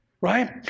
right